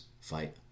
fight